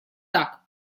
так